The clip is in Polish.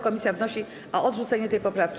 Komisja wnosi o odrzucenie tej poprawki.